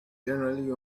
generally